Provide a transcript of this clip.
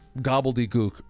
gobbledygook